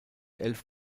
elf